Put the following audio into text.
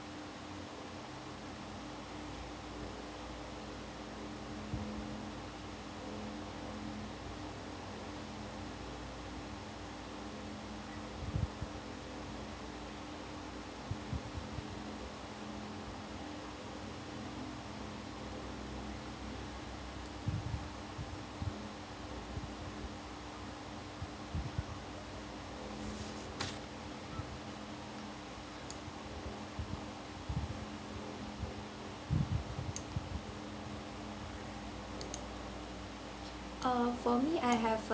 uh for me I have a